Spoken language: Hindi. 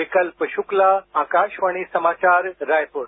विकल्प शुक्ला आकाशवाणी समाचार रायपुर